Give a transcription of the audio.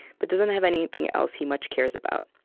but doesn't have anything else he much cares about.